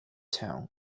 town